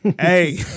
hey